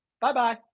Bye-bye